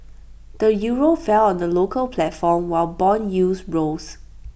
the euro fell on the local platform while Bond yields rose